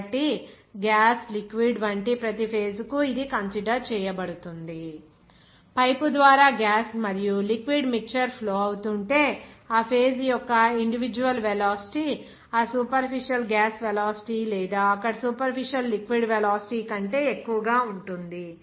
కాబట్టి gas liquid వంటి ప్రతి ఫేజ్ కు ఇది కన్సిడర్ చేయబడుతుంది పైపు ద్వారా గ్యాస్ మరియు లిక్విడ్ మిక్చర్ ఫ్లో అవుతుంటే ఆ ఫేజ్ యొక్క ఇండివిడ్యువల్ వెలాసిటీ ఆ సూపర్ఫిషల్ గ్యాస్ వెలాసిటీ లేదా అక్కడ సూపర్ఫిషల్ లిక్విడ్ వెలాసిటీ కంటే ఎక్కువగా ఉంటుంది